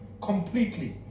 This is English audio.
completely